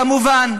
כמובן,